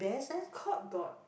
Courts got